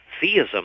theism